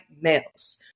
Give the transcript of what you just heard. males